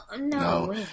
no